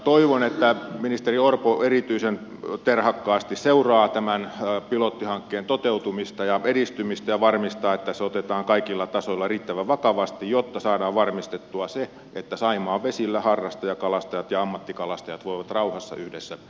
toivon että ministeri orpo erityisen terhakkaasti seuraa tämän pilottihankkeen toteutumista ja edistymistä ja varmistaa että se otetaan kaikilla tasoilla riittävän vakavasti jotta saadaan varmistettua se että saimaan vesillä harrastajakalastajat ja ammattikalastajat voivat rauhassa yhdessä kalastaa